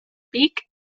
pic